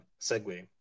segue